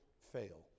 fail